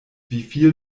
wieviel